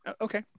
Okay